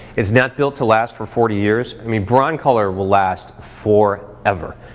it's not built to last for forty years, i mean broncolor will last for ever.